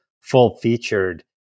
full-featured